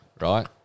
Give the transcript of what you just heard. Right